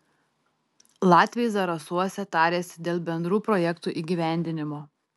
latviai zarasuose tarėsi dėl bendrų projektų įgyvendinimo